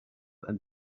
and